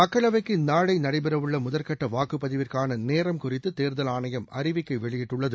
மக்களவைக்கு நாளை நடைபெறவுள்ள முதற்கட்ட வாக்குப் பதிவிற்கான நேரம் குறித்து தேர்தல் ஆணையம் அறிவிக்கை வெளியிட்டுள்ளது